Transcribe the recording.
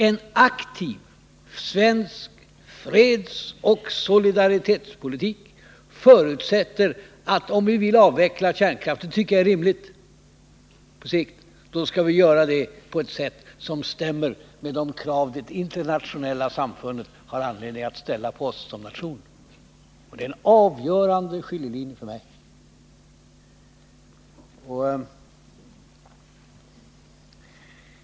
En aktiv svensk fredsoch solidaritetspolitik förutsätter att vi om vi vill avveckla kärnkraften — och det tycker jag är rimligt på sikt — skall göra det på ett sätt som stämmer med de krav som det internationella samfundet har anledning att ställa på oss som nation. Det är en avgörande skiljelinje för mig.